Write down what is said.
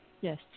Yes